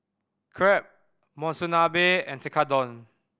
Crepe Monsunabe and Tekkadon